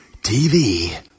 TV